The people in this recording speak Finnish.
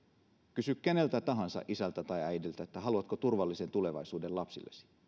kysy keneltä tahansa isältä tai äidiltä että haluatko turvallisen tulevaisuuden lapsillesi